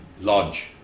Lodge